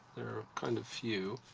they are kind of few.